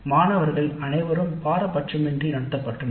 மாணவர்கள் அனைவரும் பாரபட்சமின்றி நடத்தப்பட்டனர்